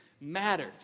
matters